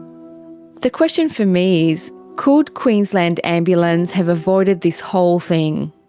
the question for me is could queensland ambulance have avoided this whole thing?